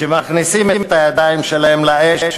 שמכניסים את הידיים שלהם לאש,